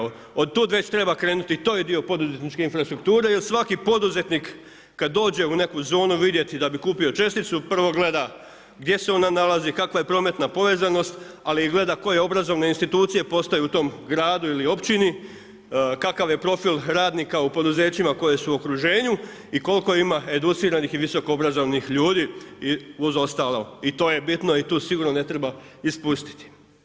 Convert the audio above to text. Od tud već treba krenuti, to je dio poduzetničke infrastrukture jer svaki poduzetnik kad dođe u neku zonu vidjeti da bi kupio česticu, prvo gleda gdje se ona nalazi, kakva je prometna povezanosti ali gleda i koje obrazovne institucije postoje u tom gradu ili općini, kakav je profil radnika u poduzećima koja su u okruženju i koliko ima educiranih i visokoobrazovanih ljudi i ostalo, i to je bitno i to sigurno ne treba ispustiti.